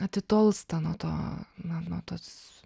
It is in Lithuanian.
atitolsta nuo to na nuo tos